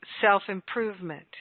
self-improvement